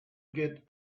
get